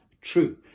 true